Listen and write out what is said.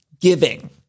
giving